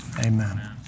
Amen